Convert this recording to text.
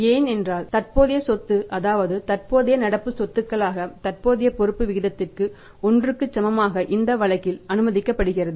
ஏனென்றால் தற்போதைய சொத்து அதாவது தற்போதைய நடப்பு சொத்துகளாக தற்போதைய பொறுப்பு விகிதத்திற்கு ஒன்றுக்கு சமமாக இந்த வழக்கில் அனுமதிக்கப்படுகிறது